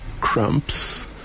cramps